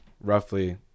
roughly